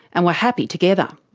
and were happy together.